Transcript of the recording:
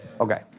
Okay